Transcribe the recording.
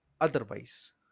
otherwise